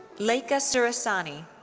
lekha surasani.